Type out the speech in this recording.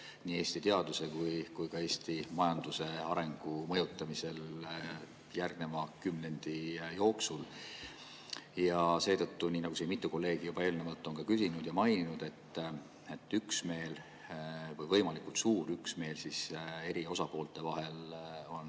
nii Eesti teaduse kui ka Eesti majanduse arengu mõjutamisel järgneva kümnendi jooksul. Ja seetõttu, nii nagu siin mitu kolleegi juba eelnevalt on ka maininud, üksmeel või võimalikult suur üksmeel eri osapoolte vahel on